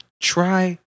Try